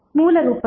ಮೂಲ ರೂಪಕ್ಕೆ